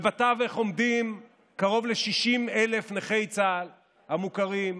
ובתווך עומדים קרוב ל-60,000 נכי צה"ל המוכרים,